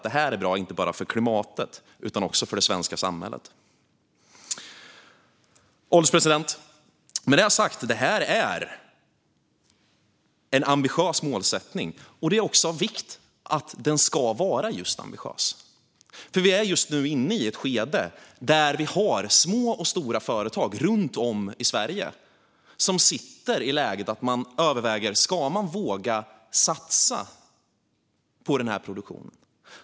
Det är bra inte bara för klimatet utan också för det svenska samhället. Herr ålderspresident! Med det sagt är detta en ambitiös målsättning. Det är också av vikt att den ska vara ambitiös. Vi är just nu inne i ett skede där vi har små och stora företag runt om i Sverige som just funderar över om de ska våga satsa på denna produktion.